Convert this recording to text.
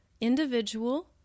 individual